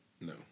No